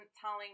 telling